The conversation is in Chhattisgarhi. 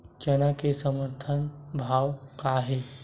चना के समर्थन भाव का हे?